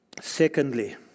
Secondly